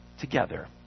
Together